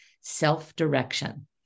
self-direction